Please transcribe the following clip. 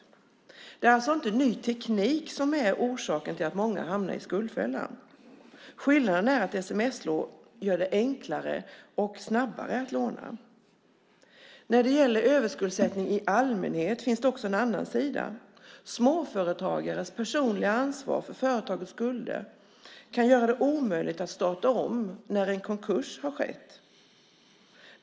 Det är alltså inte ny teknik som är orsaken till att många hamnar i skuldfällan. Skillnaden är att sms-lån gör det enklare att låna, och det går snabbare. När det gäller överskuldsättning i allmänhet finns det också en annan sida. Småföretagares personliga ansvar för företagets skulder kan göra det omöjligt att starta om när en konkurs har skett.